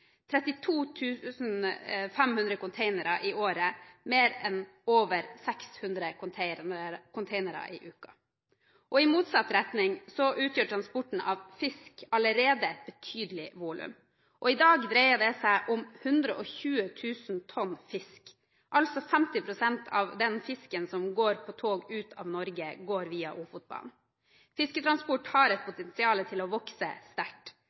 500 containere i året, mer enn 600 containere i uka. I motsatt retning utgjør transporten av fisk allerede betydelige volum. I dag dreier dette seg om 120 000 tonn fisk. 50 pst. av den fisken som går på tog ut av Norge, går altså via Ofotbanen. Fisketransporten har potensial til å vokse sterkt.